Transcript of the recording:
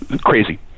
crazy